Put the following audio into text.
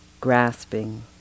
grasping